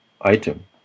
item